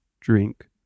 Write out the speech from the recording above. drink